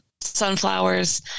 sunflowers